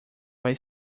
vai